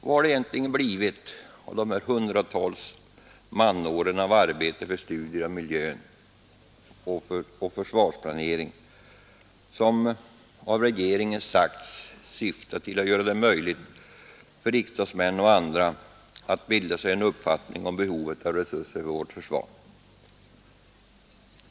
Vad har det egentligen blivit av dessa hundratals manår av arbete och studier av miljön och försvarsplanering som av regeringen sagts syfta till att göra det möjligt för riksdagsmän och andra att bilda sig en uppfattning om behovet av resurser för vårt försvar?